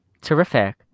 terrific